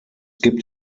gibt